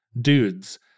dudes